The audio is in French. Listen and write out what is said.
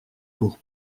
pour